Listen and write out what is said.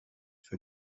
für